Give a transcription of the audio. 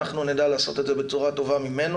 אנחנו נדע לעשות את זה בצורה טובה ממנו,